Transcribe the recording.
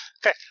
Okay